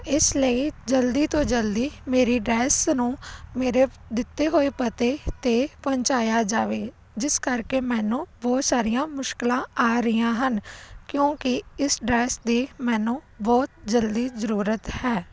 ਇਸ ਲਈ ਜਲਦੀ ਤੋਂ ਜਲਦੀ ਮੇਰੀ ਡਰੈਸ ਨੂੰ ਮੇਰੇ ਦਿੱਤੇ ਹੋਏ ਪਤੇ 'ਤੇ ਪਹੁੰਚਾਇਆ ਜਾਵੇ ਜਿਸ ਕਰਕੇ ਮੈਨੂੰ ਬਹੁਤ ਸਾਰੀਆਂ ਮੁਸ਼ਕਲਾਂ ਆ ਰਹੀਆਂ ਹਨ ਕਿਉਂਕਿ ਇਸ ਡਰੈਸ ਦੀ ਮੈਨੂੰ ਬਹੁਤ ਜਲਦੀ ਜ਼ਰੂਰਤ ਹੈ